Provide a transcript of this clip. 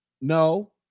No